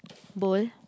bowl